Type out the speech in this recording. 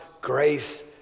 grace